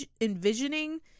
envisioning